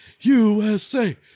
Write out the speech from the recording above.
USA